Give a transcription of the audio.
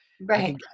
right